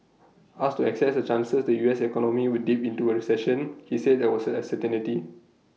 asked to assess the chances the U S economy would dip into A recession he said that was A certainty